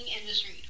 industry